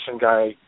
guy